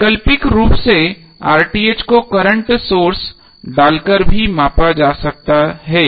वैकल्पिक रूप से को करंट सोर्स डालकर भी मापा जा सकता है